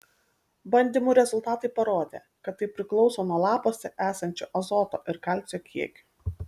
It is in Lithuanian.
bandymų rezultatai parodė kad tai priklauso nuo lapuose esančio azoto ir kalcio kiekio